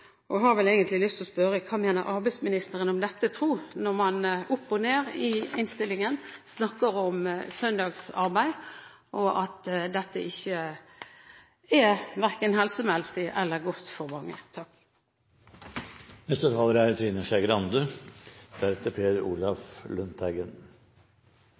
og har vel egentlig lyst til å spørre: Hva mener arbeidsministeren om dette, tro – når man side opp og side ned i innstillingen snakker om søndagsarbeid, og at dette ikke er helsemessig godt for mange? Venstre ønsker seg sterke fagforeninger, men vi ønsker først og fremst en arbeidsmiljølov som er